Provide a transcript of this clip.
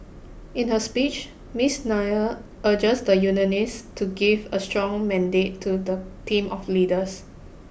in her speech Miss Nair urged the unionists to give a strong mandate to the team of leaders